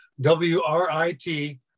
W-R-I-T